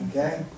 Okay